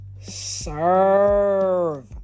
Serve